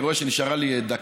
אני רואה שנשארה לי דקה.